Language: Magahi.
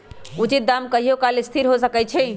उचित दाम कहियों काल असथिर हो सकइ छै